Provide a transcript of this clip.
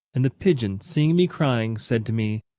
and the pigeon, seeing me crying, said to me,